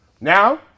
Now